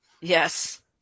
Yes